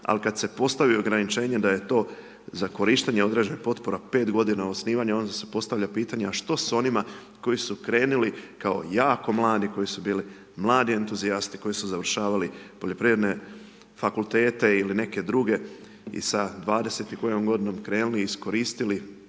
ali kada se postavi ograničenje da je to za korištenje određenih potpora, 5 g. osnivanja, onda se postavlja pitanja, što s onima, koji su krenuli kao jako mladi, koji su bili mladi entuzijasti, koji su završavali poljoprivredne fakultete ili neke druge i sa 20 i kojom g. krenuli, iskoristili